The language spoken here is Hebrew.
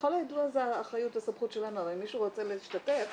ככל הידוע זה האחריות והסמכות שלנו אבל אם מישהו רוצה להשתתף